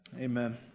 Amen